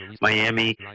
Miami